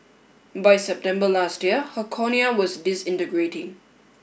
by September last year her cornea was disintegrating